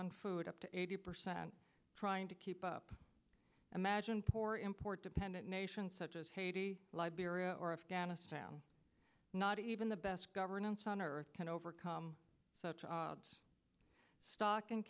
on food up to eighty percent trying to keep up imagine poor import dependent nations such as haiti liberia or afghanistan not even the best governance on earth can overcome such stock and